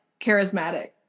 charismatic